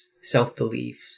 self-beliefs